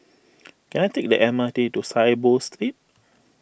can I take the M R T to Saiboo Street